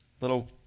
little